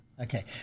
Okay